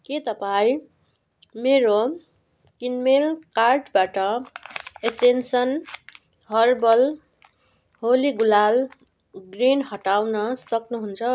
के तपाईँ मेरो किनमेल कार्टबाट एसेन्सन हर्बल होली गुलाल ग्रिन हटाउन सक्नुहुन्छ